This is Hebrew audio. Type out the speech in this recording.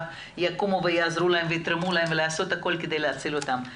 יקומו ויעזרו להם ויתרמו להם ולעשות הכל כדי להציל אותם.